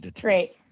Great